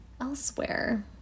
elsewhere